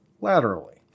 laterally